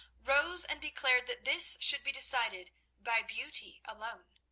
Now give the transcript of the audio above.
rose and declared that this should be decided by beauty alone,